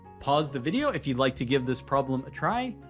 pause the video if you'd like to give this problem a try,